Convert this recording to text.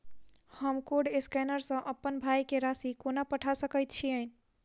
हम code scanner सँ अप्पन भाय केँ राशि कोना पठा सकैत छियैन?